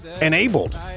enabled